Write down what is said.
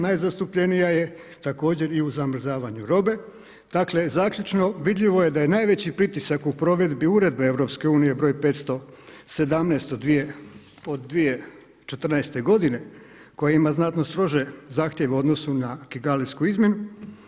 Najzastupljenija je također i u zamrzavanju robe Dakle zaključno, vidljivo je da je najveći pritisak u provedbi Uredbe Europske unije broj 517 od 2014. godine koja ima znatno strože zahtjeve odnosno na kigalijsku izmjenu.